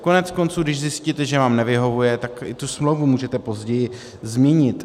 Koneckonců, když zjistíte, že vám nevyhovuje, tak tu smlouvu můžete později změnit.